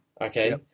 Okay